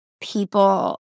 people